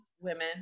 women